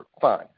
fine